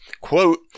quote